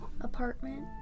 apartment